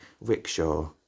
Rickshaw